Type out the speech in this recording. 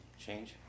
Change